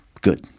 good